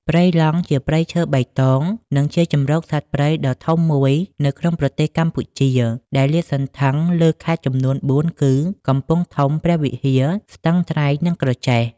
ព្រៃឡង់ជាព្រៃឈើបៃតង និងជាជម្រកសត្វព្រៃដ៏ធំមួយនៅក្នុងប្រទេសកម្ពុជា ដែលលាតសន្ធឹងលើខេត្តចំនួនបួនគឺ កំពង់ធំ ព្រះវិហារ ស្ទឹងត្រែង និងក្រចេះ។